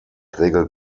regelt